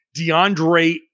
DeAndre